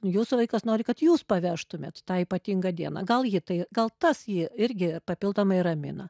jūsų vaikas nori kad jūs pavežtumėt tą ypatingą dieną gal jį tai gal tas jį irgi papildomai ramina